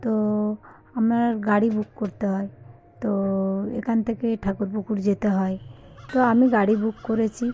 তো আমার গাড়ি বুক করতে হয় তো এখান থেকে ঠাকুরপুকুর যেতে হয় তো আমি গাড়ি বুক করেছি